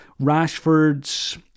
Rashford's